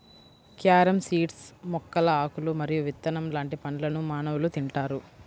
carom seeds మొక్కల ఆకులు మరియు విత్తనం లాంటి పండ్లను మానవులు తింటారు